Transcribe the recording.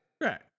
Right